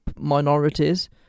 minorities